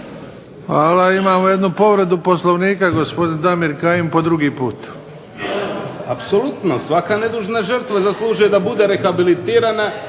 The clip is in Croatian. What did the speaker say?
Hvala. Imamo jednu povredu Poslovnika, gospodin Damir Kajin po drugi put. **Kajin, Damir (IDS)** Apsolutno, svaka nedužna žrtva zaslužuje da bude rehabilitirana,